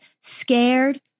scared